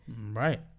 Right